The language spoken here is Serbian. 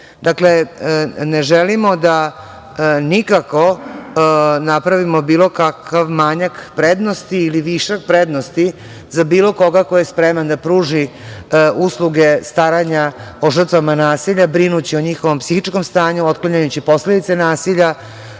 ne želimo da nikako napravimo bilo kakav manjak prednosti ili višak prednosti za bilo koga ko je spreman da pruži usluge staranja o žrtvama nasilja brinući o njihovom psihičkom stanju, otklanjajući posledice nasilja,